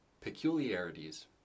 peculiarities